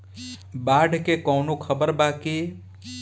बाढ़ के कवनों खबर बा की?